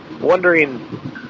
Wondering